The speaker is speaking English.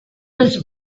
was